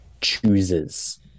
chooses